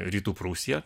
rytų prūsiją